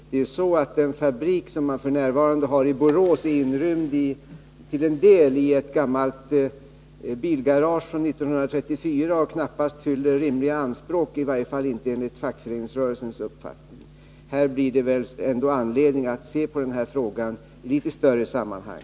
Det är faktiskt så att fabriken i Borås f. n. delvis är inrymd i ett gammalt bilgarage från 1934, som knappast fyller rimliga anspråk, i varje fall inte enligt fackföreningsrörelsens uppfattning. Det finns nog anledning att se på frågan i ett litet större sammanhang.